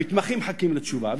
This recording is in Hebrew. המתמחים מחכים לתשובה.